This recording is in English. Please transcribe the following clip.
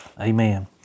Amen